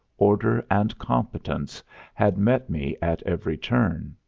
order and competence had met me at every turn.